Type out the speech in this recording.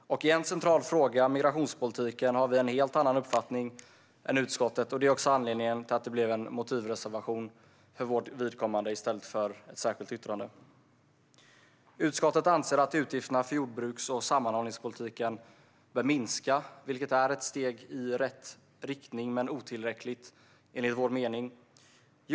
I en central fråga, migrationspolitiken, har vi en helt annan uppfattning än utskottet. Det är också anledningen till att det från vår sida blev en motivreservation i stället för ett särskilt yttrande. Utskottet anser att utgifterna för jordbruks och sammanhållningspolitiken bör minska, vilket är ett steg i rätt riktning men enligt vår mening otillräckligt.